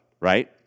right